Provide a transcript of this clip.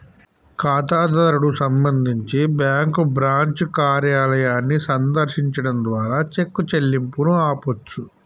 ఖాతాదారుడు సంబంధించి bank branch కార్యాలయాన్ని సందర్శించడం ద్వారా చెక్ చెల్లింపును ఆపొచ్చు